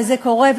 וזה קורה,